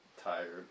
tired